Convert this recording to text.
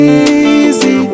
easy